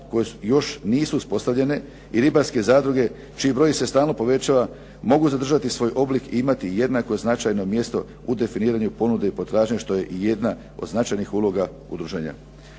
koje još nisu uspostavljene i ribarske zadruge, čiji broj se stalno povećava, mogu zadržati svoj oblik i imati jednako značajno mjesto u definiranju ponude i potražnje, što je jedna od značajnih uloga udruženja.